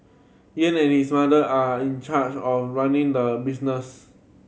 Ying and his mother are in charge of running the business